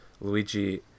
Luigi